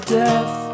death